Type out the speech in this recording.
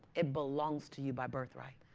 it belongs to you by birthright.